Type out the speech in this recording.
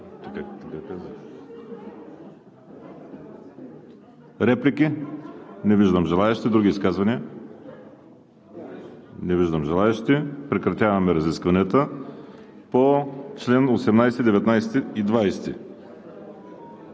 Реплики? Не виждам. Други изказвания? Не виждам. Прекратявам разискванията по чл. 18, 19 и 20.